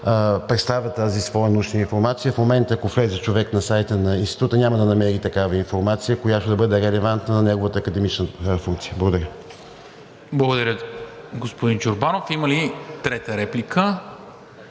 представя тази своя научна информация. В момента, ако влезе човек на сайта на Института, няма да намери такава информация, която да бъде релевантна на неговата академична функция. Благодаря. ПРЕДСЕДАТЕЛ НИКОЛА МИНЧЕВ: Благодаря, господин Чорбанов. Има ли трета реплика?